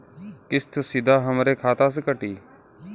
किस्त सीधा हमरे खाता से कटी?